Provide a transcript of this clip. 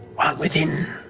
while within